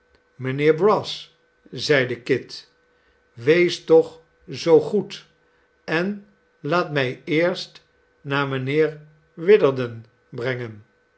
mijnheer brass zeide kit wees toch zoo goed en laat mij eerst naar mijnheer witherden brengen